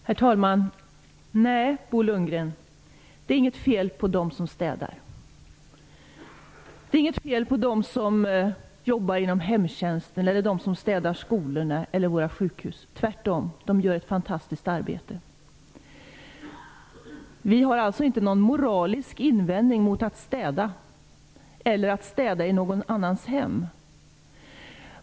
Herr talman! Nej, Bo Lundgren, det är inget fel på dem som städar. Det är inget fel på dem som jobbar inom hemtjänst eller som städar skolorna och våra sjukhus. Tvärtom gör de ett fantastiskt arbete. Vi har alltså inte någon moralisk invändning mot att städa eller att städa i någon annans hem.